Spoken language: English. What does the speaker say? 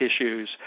issues